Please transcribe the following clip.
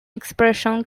expression